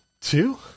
two